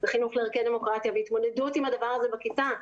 וחינוך לערכי דמוקרטיה והתמודדות עם הדבר הזה בכיתה.